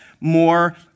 more